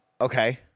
Okay